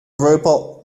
robot